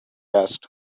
asked